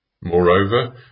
Moreover